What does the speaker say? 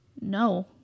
no